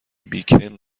بیکن